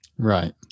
Right